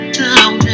down